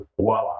voila